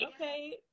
Okay